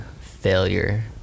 failure